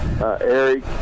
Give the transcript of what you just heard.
Eric